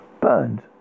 burned